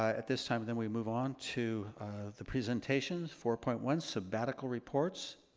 at this time, then we move on to the presentations, four point one. sabbatical reports.